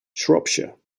shropshire